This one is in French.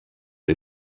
les